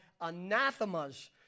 anathemas